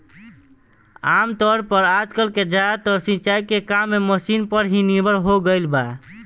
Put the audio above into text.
आमतौर पर आजकल के ज्यादातर सिंचाई के काम मशीन पर ही निर्भर हो गईल बा